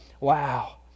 Wow